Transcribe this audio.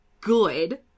good